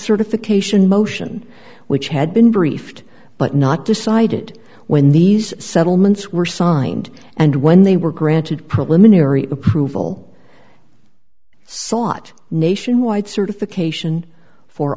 certification motion which had been briefed but not decided when these settlements were signed and when they were granted problem unary approval sought nationwide certification for